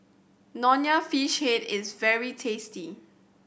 Nonya Fish Head is very tasty